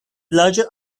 larger